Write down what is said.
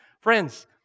Friends